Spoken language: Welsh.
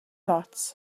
ots